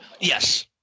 Yes